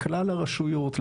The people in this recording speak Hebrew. לכלל הרשויות,